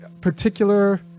particular